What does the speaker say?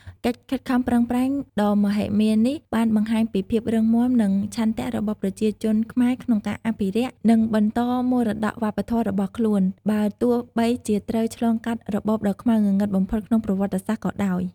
កិច្ចខិតខំប្រឹងប្រែងដ៏មហិមានេះ បានបង្ហាញពីភាពរឹងមាំ និងឆន្ទៈរបស់ប្រជាជនខ្មែរក្នុងការអភិរក្ស និងបន្តមរតកវប្បធម៌របស់ខ្លួន បើទោះបីជាត្រូវឆ្លងកាត់របបដ៏ខ្មៅងងឹតបំផុតក្នុងប្រវត្តិសាស្ត្រក៏ដោយ។